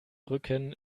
brücken